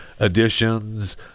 editions